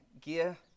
gear